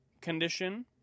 condition